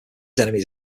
enemies